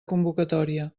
convocatòria